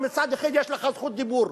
ומצד אחר יש לך זכות דיבור.